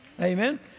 Amen